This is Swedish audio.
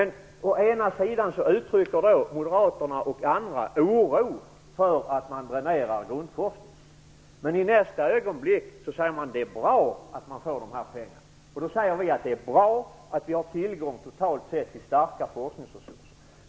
Men så uttrycker Moderaterna och andra oro för att man dränerar grundforskningen. I nästa ögonblick säger man att det är bra att man får de här pengarna. Då säger vi att det är bra att vi har tillgång till starka forskningsresurser.